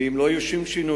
ואם לא יהיו שום שינויים,